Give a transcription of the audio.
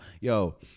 Yo